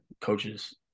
coaches